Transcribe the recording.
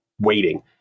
waiting